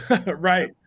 right